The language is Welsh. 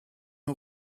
nhw